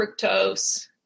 fructose